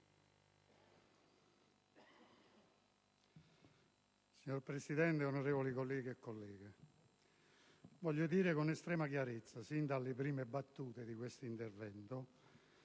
Signor Presidente, onorevoli colleghe e colleghi, voglio dire con estrema chiarezza, sin dalle prime battute di questo intervento,